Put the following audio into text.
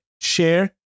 share